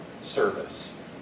service